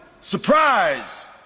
Surprise